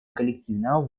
коллективного